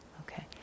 Okay